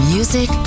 Music